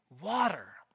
water